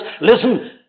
Listen